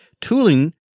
tooling